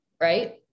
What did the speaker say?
right